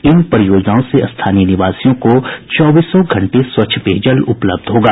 इन परियोजनाओं से स्थानीय निवासियों को चौबीसों घंटे स्वच्छ पेयजल उपलब्ध होगा